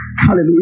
Hallelujah